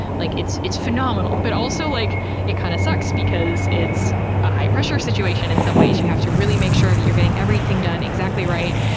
like it's it's phenomenal. but also like it kind of sucks because it's a high-pressure situation in some ways. you have to really make sure that you're getting everything done exactly right,